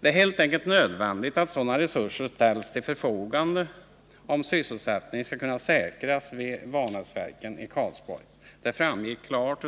Det är helt enkelt nödvändigt att sådana resurser ställs till förfogande, om sysselsättningen skall kunna säkras vid Vanäsverken i Karlsborg. Detta framgick klart